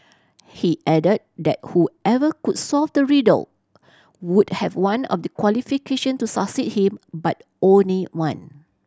he added that whoever could solve the riddle would have one of the qualification to succeed him but only one